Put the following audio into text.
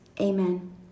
Amen